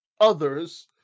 others